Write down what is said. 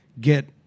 get